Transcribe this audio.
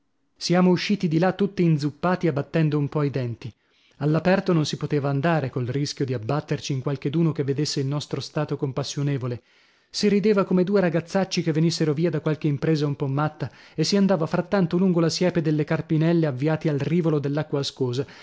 siamo usciti di là tutti inzuppati e battendo un po i denti all'aperto non si poteva andare col rischio di abbatterci in qualcheduno che vedesse il nostro stato compassionevole si rideva come due ragazzacci che venissero via da qualche impresa un po matta e si andava frattanto lungo la siepe delle carpinelle avviati al rivolo dell'acqua ascosa